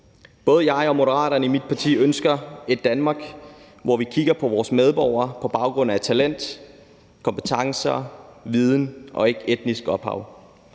Både jeg og mit parti, Moderaterne, ønsker et Danmark, hvor vi kigger på vores medborgere på baggrund af talent, kompetencer, viden og ikke etnisk ophav.